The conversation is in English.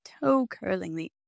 toe-curlingly